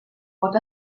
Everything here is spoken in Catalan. pot